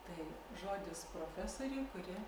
tai žodis profesorei kuri